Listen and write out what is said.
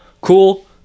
Cool